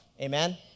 Amen